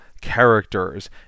characters